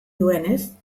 duenez